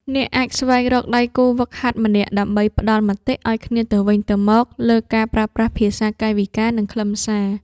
អ្នកអាចស្វែងរកដៃគូហ្វឹកហាត់ម្នាក់ ដើម្បីផ្ដល់មតិឱ្យគ្នាទៅវិញទៅមកលើការប្រើប្រាស់ភាសាកាយវិការ និងខ្លឹមសារ។